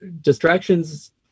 distractions